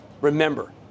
Remember